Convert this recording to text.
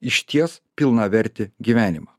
išties pilnavertį gyvenimą